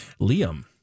Liam